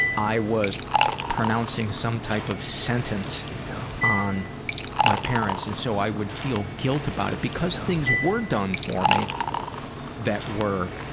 i was pronouncing some type of sentence on my parents and so, i would feel guilt about it because things were done for me that were,